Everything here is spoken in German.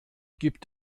gibt